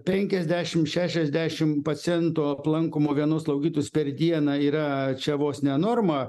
penkiasdešim šešiasdešim pacientų aplankomų vienos slaugytojos per dieną yra čia vos ne norma